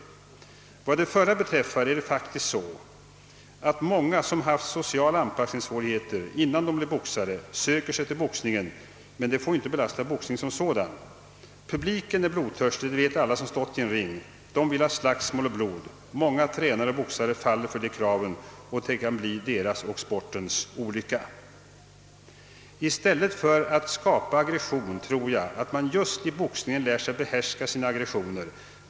Vad det förra beträffar är det faktiskt så ——— att många som haft sociala anpassningssvårigheter söker sig till boxningen — men det får ju inte belasta boxningen. Publiken är blodtörstig, det vet alla som stått i en ring. Den vill ha slagsmål och blod. Många tränare och boxare faller för de kraven och det kan bli deras — och sportens — olycka. ——— I stället för att skapa aggression tror jag att man just i boxningen lär sig behärska sina aggressioner.